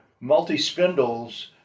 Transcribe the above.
multi-spindles